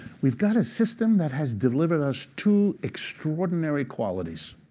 we've got a system that has delivered us two extraordinary qualities.